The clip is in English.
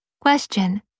Question